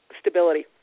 stability